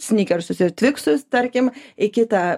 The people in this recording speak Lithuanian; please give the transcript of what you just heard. snikersus ir tviksus tarkim į kitą